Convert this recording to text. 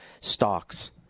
stocks